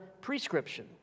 prescription